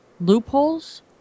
loopholes